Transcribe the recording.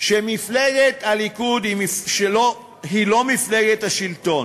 שמפלגת הליכוד היא לא מפלגת השלטון.